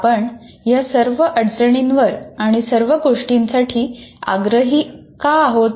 आपण या सर्व अडचणींवर आणि सर्व गोष्टींसाठी आग्रही का आहोत